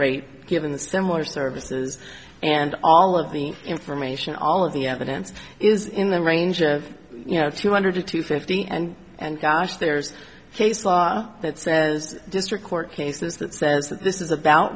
rate given the similar services and all of the information all of the evidence is in the range of you know two hundred to fifty and and gosh there's case law that says district court cases that says that this is about